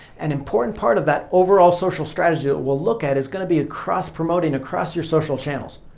an important part of that overall social strategy we'll look at is going to be cross-promoting across your social channels.